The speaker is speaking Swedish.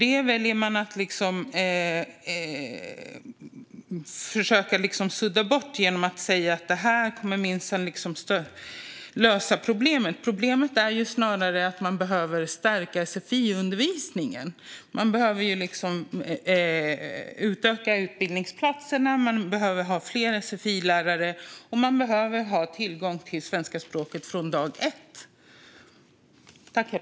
Man väljer att försöka sudda bort det genom att säga att detta minsann kommer att lösa problemet. Problemet är snarare att man behöver stärka sfi-undervisningen. Man behöver utöka utbildningsplatserna och ha fler sfi-lärare. Tillgång till svenska språket behöver finnas från dag ett.